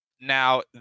Now